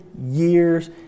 years